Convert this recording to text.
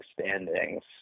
standings